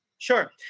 Sure